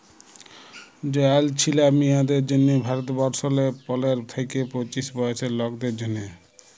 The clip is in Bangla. জয়াল ছিলা মিঁয়াদের জ্যনহে ভারতবর্ষলে পলের থ্যাইকে পঁচিশ বয়েসের লকদের জ্যনহে